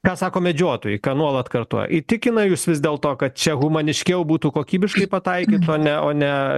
ką sako medžiotojai ką nuolat kartoja įtikina jus vis dėlto kad čia humaniškiau būtų kokybiškai pataikyt o ne o ne